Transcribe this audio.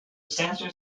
sensor